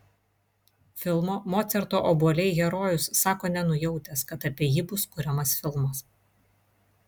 filmo mocarto obuoliai herojus sako nenujautęs kad apie jį bus kuriamas filmas